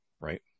right